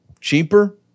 Cheaper